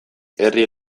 herri